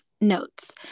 notes